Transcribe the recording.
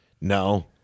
no